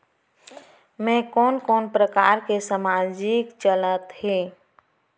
मैं कोन कोन प्रकार के सामाजिक चलत हे?